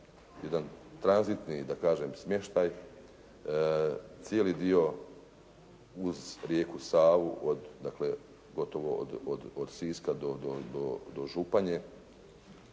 jedan tranzitni da kažem smještaj, cijeli dio uz rijeku Savu od dakle gotovo od Siska do Županje